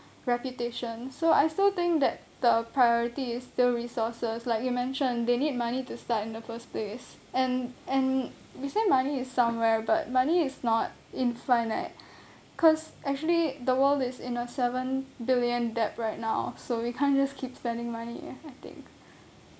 reputation so I still think that the priority is the resources like you mention they need money to start in the first place and and we send money to somewhere but money is not infinite cause actually the world is in a seven billion debt right now so we can't just keep spending money I think